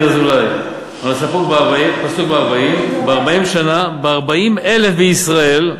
"ויהי בארבעים" בארבעים אלה בישראל,